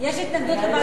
יש התנגדות לוועדת כספים?